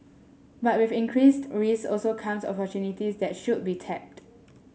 but with increased risks also come opportunities that should be tapped